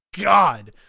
God